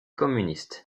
communiste